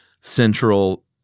central